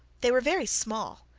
they were very small,